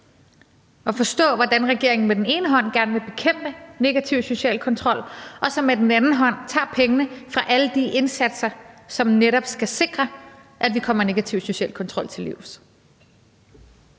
at forstå, hvordan regeringen med den ene hånd gerne vil bekæmpe negativ social kontrol og så med den anden hånd tager pengene fra alle de indsatser, som netop skal sikre, at vi kommer negativ social kontrol til livs.